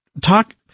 talk